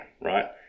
right